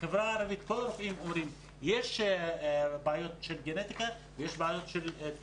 בחברה הערבית כל הרופאים אומרים שיש בעיות של גנטיקה ושל תורשה,